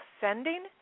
sending